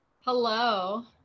Hello